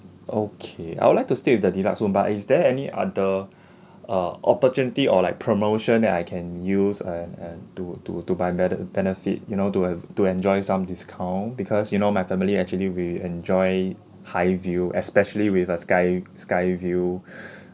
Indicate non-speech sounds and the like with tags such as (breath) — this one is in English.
okay I would like to stay with the deluxe room but is there any other uh opportunity or like promotion that I can use and and to to to buy bene~ benefit you know to have to enjoy some discount because you know my family actually we enjoy high view especially with a sky sky view (breath)